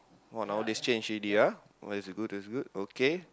!wah! nowadays change already ah oh that's good that's good okay